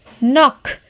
Knock